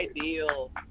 ideal